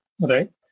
right